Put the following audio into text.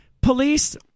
police